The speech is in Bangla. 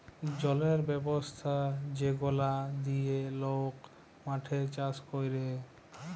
জলের ব্যবস্থা যেগলা দিঁয়ে লক মাঠে চাষ ক্যরে